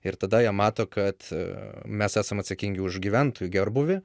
ir tada jie mato kad mes esam atsakingi už gyventojų gerbūvį